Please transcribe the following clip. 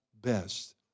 best